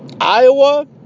Iowa